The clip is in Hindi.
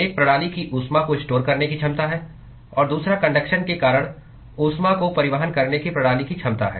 एक प्रणाली की ऊष्मा को स्टोर करने की क्षमता है और दूसरा कन्डक्शन के कारण ऊष्मा को परिवहन करने की प्रणाली की क्षमता है